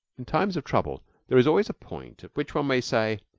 in times of trouble there is always a point at which one may say,